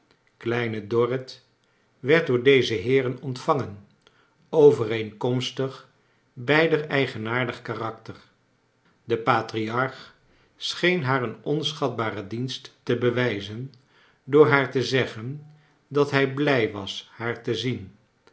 kleine dorrit werd door deze heeren ontvangen overeenkomstig beider eigenaardig karakter de patriarch scheen haar een ons c hatha ren dienst te bewijzen door haar te zeggen dat hij blij was haar te zien